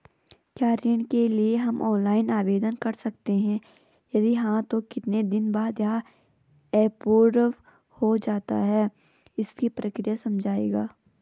क्या ऋण के लिए हम ऑनलाइन आवेदन कर सकते हैं यदि हाँ तो कितने दिन बाद यह एप्रूव हो जाता है इसकी प्रक्रिया समझाइएगा?